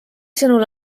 sõnul